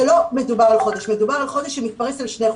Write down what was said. מדובר לא על חודש אלא הוא מתפרס על חודשיים.